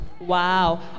Wow